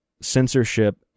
censorship